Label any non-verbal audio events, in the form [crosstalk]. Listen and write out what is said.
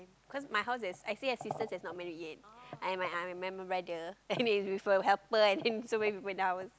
cause my house there's I still have sisters that not married yet and my uh my brother and [laughs] with a helper and then so many people in the house